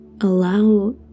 Allow